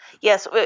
Yes